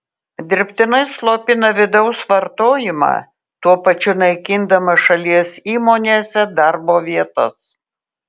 dirbtinai slopina vidaus vartojimą tuo pačiu naikindama šalies įmonėse darbo vietas